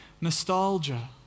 nostalgia